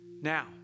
Now